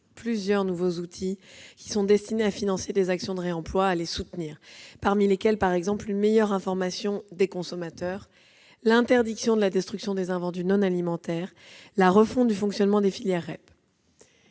plusieurs nouveaux outils destinés à financer et à soutenir des actions de réemploi, parmi lesquels, par exemple, une meilleure information des consommateurs, l'interdiction de la destruction des invendus non alimentaires, la refonte du fonctionnement des filières REP.